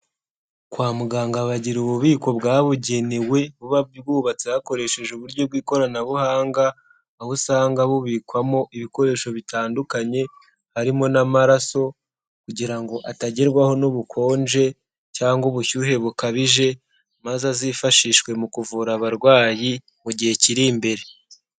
Kwa muganga bagira ububiko bwabugenewe buba bwubatse hakoreshejwe uburyo bw'ikoranabuhanga, aho usanga bubikwamo ibikoresho bitandukanye, harimo n'amaraso kugira ngo atagerwaho n'ubukonje cyangwa ubushyuhe bukabije, maze azifashishwe mu kuvura abarwayi mu gihe kiri imbere.